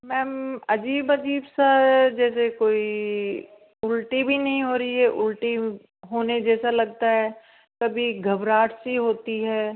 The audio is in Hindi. मैम अजीब अजीब सा जैसे कोई उल्टी भी नहीं हो रही है उल्टी होने जैसा लगता है कभी घबराहट सी होती है